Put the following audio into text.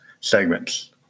segments